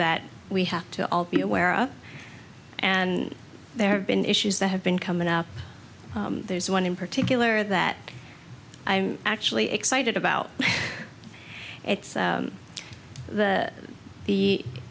that we have to all be aware of and there have been issues that have been coming up there's one in particular that i'm actually excited about it's the the